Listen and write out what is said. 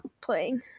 playing